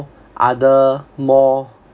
other more